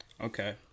Okay